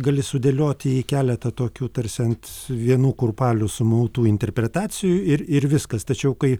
gali sudėlioti į keletą tokių tarsi ant vienų kurpalių sumautų interpretacijų ir ir viskas tačiau kai